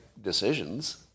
decisions